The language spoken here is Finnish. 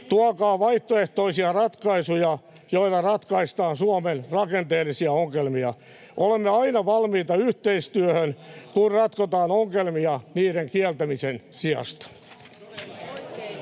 tuokaa vaihtoehtoisia ratkaisuja, joilla ratkaistaan Suomen rakenteellisia ongelmia. Olemme aina valmiita yhteistyöhön, kun ratkotaan ongelmia niiden kieltämisen sijasta.